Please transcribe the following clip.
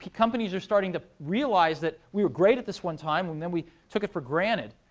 companies are starting to realize that we were great at this one time. and then we took it for granted.